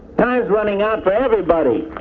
time's running out for everybody